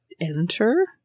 enter